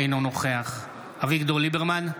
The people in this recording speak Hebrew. אינו נוכח אביגדור ליברמן,